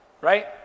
Right